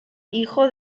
hijo